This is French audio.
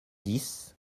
dix